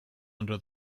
under